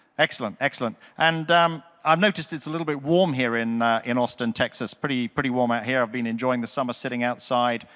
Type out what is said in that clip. excellent, excellent. and um i've noticed it's a little bit warm here in in austin, texas. pretty pretty warm out here. i've been enjoying the summer sitting outside,